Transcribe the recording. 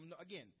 again